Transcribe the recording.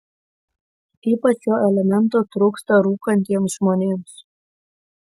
ypač šio elemento trūksta rūkantiems žmonėms